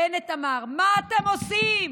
בנט אמר: מה אתם עושים?